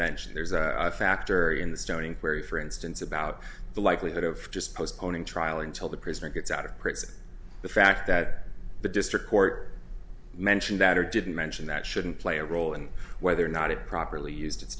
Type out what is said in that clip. mentioned there's a factor in the stoning where you for instance about the likelihood of just postponing trial until the prisoner gets out of prison the fact that the district court mentioned that or didn't mention that shouldn't play a role in whether or not it properly used